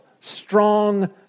strong